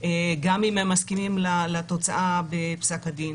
גם אם מסכימים לתוצאה בפסק הדין.